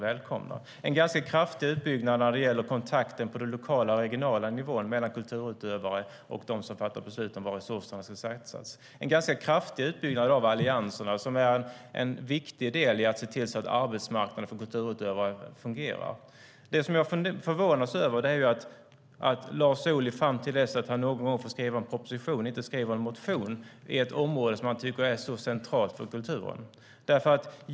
Det sker en ganska kraftig utbyggnad när det gäller kontakten på den lokala och regionala nivån mellan kulturutövare och dem som fattar beslut om var resurserna ska satsas. Det sker en ganska kraftig utbyggnad av Alliansen som är en viktig del i att se till att arbetsmarknaden för kulturutövare fungerar. Jag förvånas över att Lars Ohly fram till dess att han någon gång får skriva en proposition inte skriver en motion på ett område som han tycker är så centralt för kulturen.